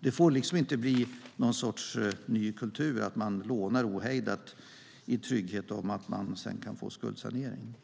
Det får liksom inte bli någon sorts ny kultur att man lånar ohejdat i tryggheten att man sedan kan få skuldsanering.